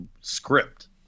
script